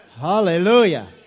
hallelujah